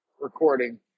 recording